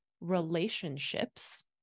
relationships